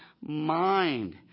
mind